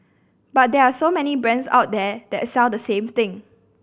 but there are so many brands out there that sell the same thing